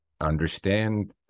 understand